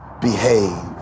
behave